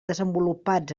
desenvolupats